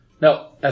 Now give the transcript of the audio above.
No